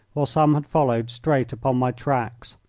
while some had followed straight upon my tracks.